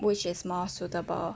which is more suitable